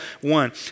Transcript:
one